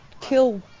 kill